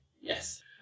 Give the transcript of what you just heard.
Yes